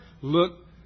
Look